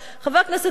חבר הכנסת מולה,